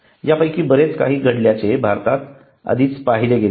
यापैकी बरेच काही घडल्याचे भारतात आधीच पाहिले गेले आहे